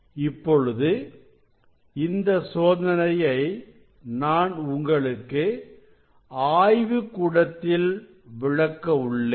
இப்பொழுது இந்த சோதனையை நான் உங்களுக்கு ஆய்வுகூடத்தில் விளக்க உள்ளேன்